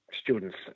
students